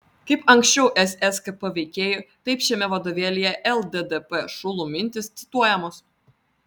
kaip anksčiau sskp veikėjų taip šiame vadovėlyje lddp šulų mintys cituojamos